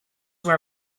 were